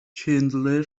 چندلر